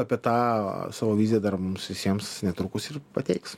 apie tą savo viziją dar mums visiems netrukus ir pateiks